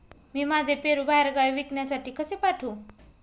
मी माझे पेरू बाहेरगावी विकण्यासाठी कसे पाठवू?